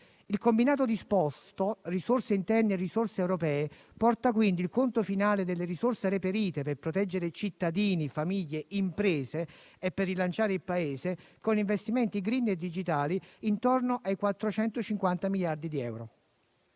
Il combinato disposto di risorse interne ed europee porta quindi il conto finale di quelle reperite per proteggere cittadini, famiglie e imprese e per rilanciare il Paese con investimenti *green* e digitali intorno ai 450 miliardi di euro.